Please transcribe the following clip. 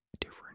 different